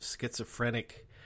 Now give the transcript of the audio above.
schizophrenic